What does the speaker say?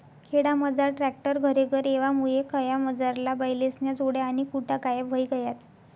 खेडामझार ट्रॅक्टर घरेघर येवामुये खयामझारला बैलेस्न्या जोड्या आणि खुटा गायब व्हयी गयात